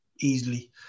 easily